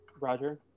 Roger